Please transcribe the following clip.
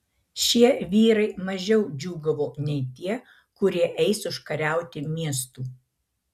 šie vyrai mažiau džiūgavo nei tie kurie eis užkariauti miestų